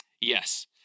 Yes